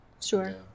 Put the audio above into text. Sure